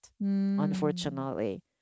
unfortunately